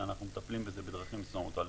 שאנחנו מטפלים בזה בדרכים שונות.